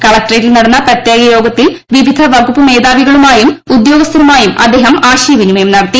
കളക്ടറേറ്റിൽ നടന്ന പ്രത്യേക യോഗത്തിൽ വിവിധ വകുപ്പു മേധാവികളുമായും ഉദ്യോഗസ്ഥരുമായും അദ്ദേഹം ആശയവിനിമയം നടത്തി